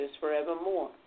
forevermore